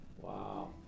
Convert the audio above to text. Wow